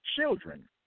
children